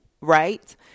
right